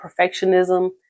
perfectionism